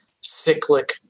cyclic